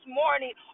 morning